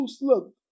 look